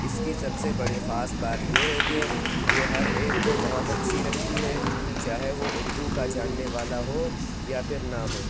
اِس کی سب سے بڑی خاص بات یہ ہے کہ یہ ہر ایک کو بہت اچھی لگتی ہے چاہے وہ اُردو کا جاننے والا ہو یا پھر نہ ہو